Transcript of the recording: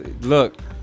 look